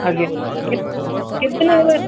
ଆଜ୍ଞା କେତେ କେତେ ଦିନ ହେଲାଣି